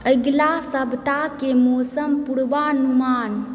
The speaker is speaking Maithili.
अगिला सप्ताह के मौसम पूर्वानुमान